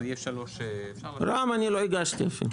רע"ם לא הגשתי.